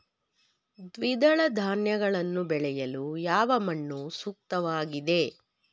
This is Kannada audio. ದ್ವಿದಳ ಧಾನ್ಯಗಳನ್ನು ಬೆಳೆಯಲು ಯಾವ ಮಣ್ಣು ಸೂಕ್ತವಾಗಿದೆ?